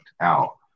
out